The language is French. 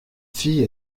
fille